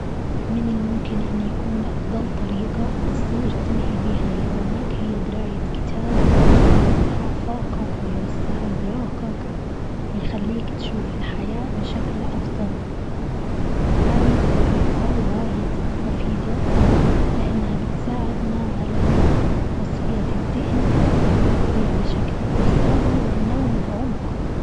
من الممكن أن يكون أفضل طريقة تصير تنهي بها يومك هي قراية كتاب يوسع أفاقك ويوسع إدراكك ويخليك تشوف الحياة بشكل أفضل، هاي الطريقة واجد مفيدة لانها بتساعدنا على تصفية الذهن والتفكير بشكل مثالي والنوم بعمق.